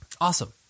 awesome